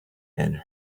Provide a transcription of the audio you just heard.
and